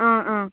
ꯑꯥ ꯑꯥ